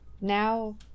now